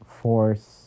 force